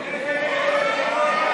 נגד?